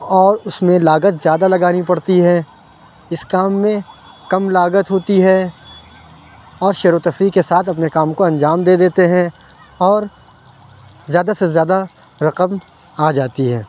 اور اُس میں لاگت زیادہ لگانی پڑتی ہے اِس کام میں کم لاگت ہوتی ہے اور شیر وتفریح کے ساتھ اپنے کام کو انجام دے دیتے ہیں اور زیادہ سے زیادہ رقم آ جاتی ہے